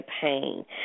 pain